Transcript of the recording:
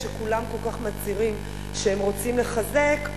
שכולם כל כך מצהירים שהם רוצים לחזק,